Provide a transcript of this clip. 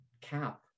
cap